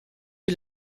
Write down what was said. est